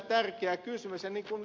niin kuin ed